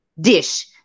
dish